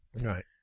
Right